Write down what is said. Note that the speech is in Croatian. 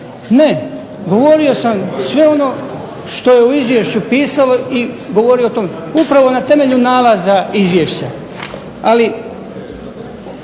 Ne, govorio sam sve ono što je u izvješću pisalo i govori o tome upravo na temelju nalaza izvješća. Ali